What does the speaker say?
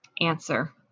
answer